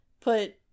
put